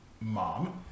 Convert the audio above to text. mom